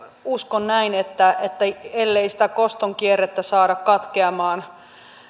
uskon näin että ellei sitä koston kierrettä saada katkeamaan